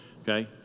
Okay